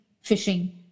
fishing